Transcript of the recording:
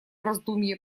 раздумье